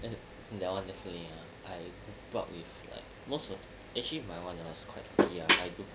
and that [one] definitely ah I thought with like most of actually my [one] and yours quite ya